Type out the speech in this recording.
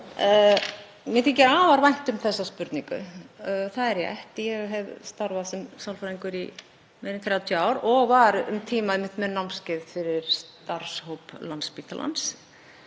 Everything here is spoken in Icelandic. Mér þykir afar vænt um þessa spurningu. Það er rétt, ég hef starfað sem sálfræðingur í meira en 30 ár og var um tíma einmitt með námskeið fyrir starfshóp Landspítalans